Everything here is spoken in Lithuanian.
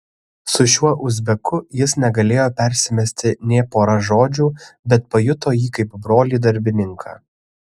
su šiuo uzbeku jis negalėjo persimesti nė pora žodžių bet pajuto jį kaip brolį darbininką